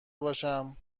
باشم